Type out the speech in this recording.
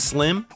Slim